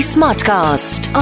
Smartcast